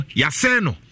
yaseno